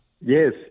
Yes